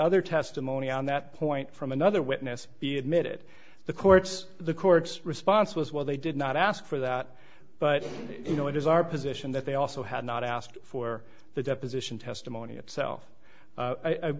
other testimony on that point from another witness be admitted the court's the court's response was well they did not ask for that but you know it is our position that they also have not asked for the deposition testimony itself u